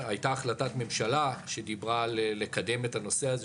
הייתה החלטת ממשלה שדיברה על לקדם את הנושא הזה,